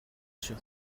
шүү